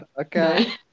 Okay